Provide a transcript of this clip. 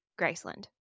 Graceland